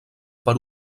per